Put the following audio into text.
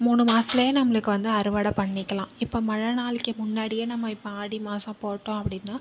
மூணு மாசத்திலயே நம்மளுக்கு வந்து அறுவடை பண்ணிக்கலாம் இப்போ மழை நாளைக்கி முன்னாடியே நம்ம இப்போ ஆடி மாசம் போட்டோம் அப்படின்னா